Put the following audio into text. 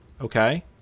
Okay